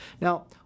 Now